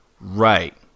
Right